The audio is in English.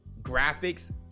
Graphics